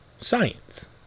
science